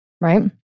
right